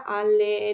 alle